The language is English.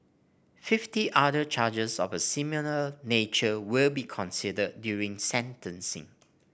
fifty other charges of a similar nature will be considered during sentencing